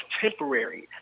temporary